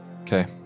Okay